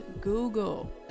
Google